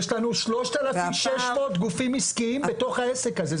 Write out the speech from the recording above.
יש לנו 3,600 גופים עסקיים בתוך העסק הזה.